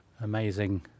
amazing